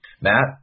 Matt